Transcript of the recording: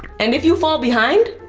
and if you fall behind,